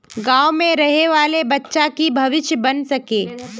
गाँव में रहे वाले बच्चा की भविष्य बन सके?